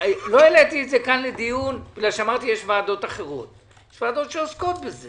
לא העליתי את זה כאן לדיון כי יש ועדות שעוסקות בזה